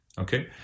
Okay